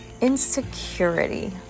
insecurity